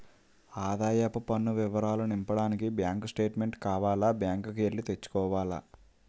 ఆదాయపు పన్ను వివరాలు నింపడానికి బ్యాంకు స్టేట్మెంటు కావాల బ్యాంకు కి ఎల్లి తెచ్చుకోవాల